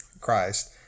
Christ